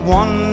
one